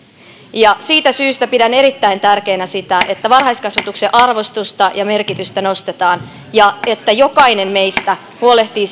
siitä syystä pidän erittäin tärkeänä sitä että varhaiskasvatuksen arvostusta ja merkitystä nostetaan ja että jokainen meistä huolehtii